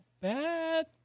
bad